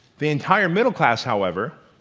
the entire middle class, however,